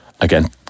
again